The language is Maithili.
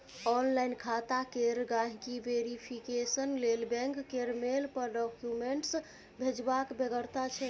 आनलाइन खाता केर गांहिकी वेरिफिकेशन लेल बैंक केर मेल पर डाक्यूमेंट्स भेजबाक बेगरता छै